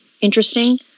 interesting